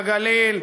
בגליל,